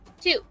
Two